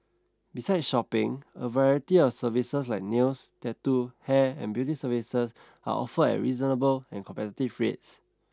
besides shopping a variety of services like nails tattoo hair and beauty services are offered at reasonable and competitive price